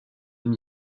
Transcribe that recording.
même